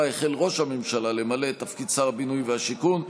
החל ראש הממשלה למלא את תפקיד שר הבינוי והשיכון,